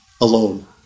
Alone